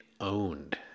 owned